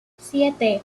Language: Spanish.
siete